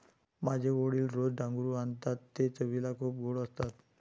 माझे वडील रोज डांगरू आणतात ते चवीला खूप गोड असतात